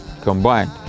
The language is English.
combined